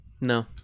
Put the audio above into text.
No